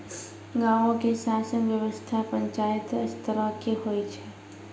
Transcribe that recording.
गांवो के शासन व्यवस्था पंचायत स्तरो के होय छै